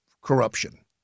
corruption